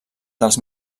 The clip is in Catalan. dels